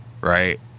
right